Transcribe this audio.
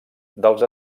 dels